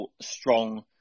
strong